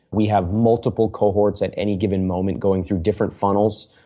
we have multiple cohorts at any given moment going through different funnels.